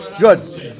good